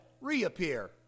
reappear